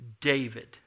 David